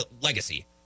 legacy